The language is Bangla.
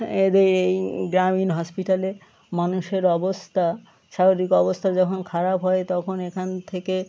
এদের এই গ্রামীণ হসপিটালে মানুষের অবস্থা শারীরিক অবস্থা যখন খারাপ হয় তখন এখান থেকে